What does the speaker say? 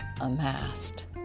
amassed